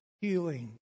healing